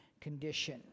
condition